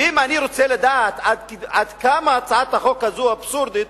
ואם אני רוצה לדעת עד כמה הצעת החוק הזאת אבסורדית,